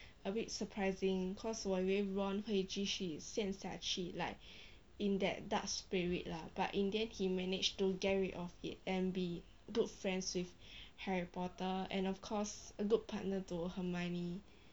a bit surprising cause 我以为 ron 会继续陷下去 like in that dark spirit lah but in the end he managed to get rid of it and be good friends with harry potter and of course a good partner to hermione